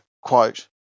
quote